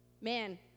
Man